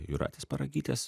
jūratės paragytės